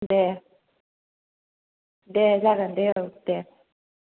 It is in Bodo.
दे दे जागोन दे औ दे